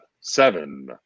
seven